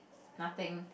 nothing